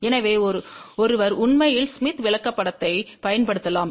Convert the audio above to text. எனவே ஒருவர் உண்மையில் ஸ்மித் விளக்கப்படத்தைப் பயன்படுத்தலாம்